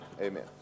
Amen